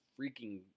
freaking